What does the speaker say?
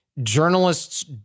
journalists